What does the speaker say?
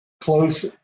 close